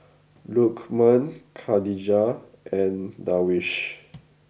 Lokman Khatijah and Darwish